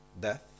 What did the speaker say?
death